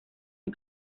una